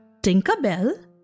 Tinkerbell